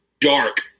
dark